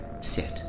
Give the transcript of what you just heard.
Sit